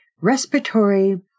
respiratory